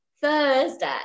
Thursday